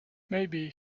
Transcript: maybe